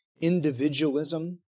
individualism